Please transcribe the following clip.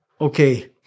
okay